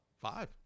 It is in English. Five